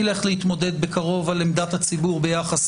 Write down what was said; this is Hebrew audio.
נלך להתמודד בקרוב על עמדת הציבור ביחס